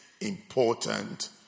important